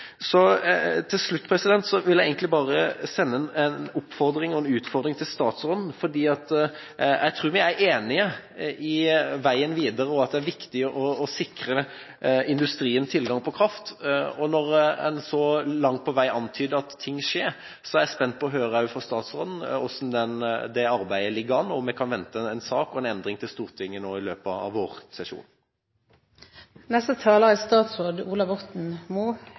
Til slutt vil jeg bare sende en oppfordring og en utfordring til statsråden, for jeg tror vi er enige om veien videre, og at det er viktig å sikre industrien tilgang på kraft. Når en så langt på vei antyder at ting skjer, er jeg spent på å høre fra statsråden hvordan det arbeidet ligger an, og om vi kan vente en sak og et endringsforslag til Stortinget i løpet av vårsesjonen. La meg bare begynne med en historisk bemerkning. I går fikk statsråd,